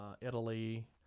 Italy